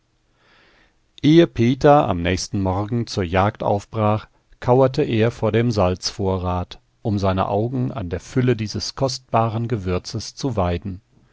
ehe peter am nächsten morgen zur jagd aufbrach kauerte er vor dem salzvorrat um seine augen an der fülle dieses kostbaren gewürzes zu weiden